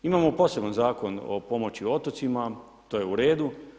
Imamo poseban Zakon o pomoći otocima, to je u redu.